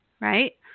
right